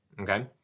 okay